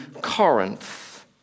Corinth